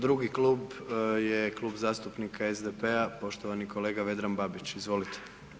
Drugi Klub, je Klub zastupnika SDP-a poštovani kolega Vedran Babić, izvolite.